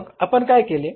मग आपण काय केले